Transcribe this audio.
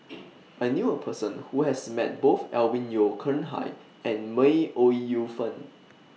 I knew A Person Who has Met Both Alvin Yeo Khirn Hai and May Ooi Yu Fen